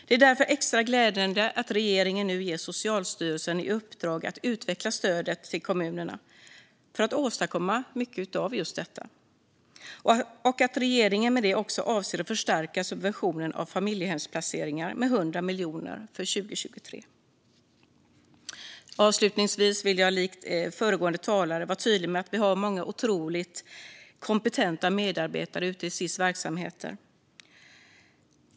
Det är därför extra glädjande att regeringen nu ger Socialstyrelsen i uppdrag att utveckla stödet till kommunerna för att åstadkomma mycket av just detta. Regeringen avser också att förstärka subventionen av familjehemsplaceringar med 100 miljoner kronor för 2023. Avslutningsvis vill jag likt föregående talare vara tydlig med att vi har många otroligt kompetenta medarbetare ute i Sis verksamheter.